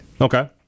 Okay